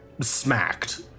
smacked